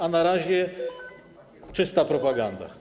A na razie to czysta propaganda.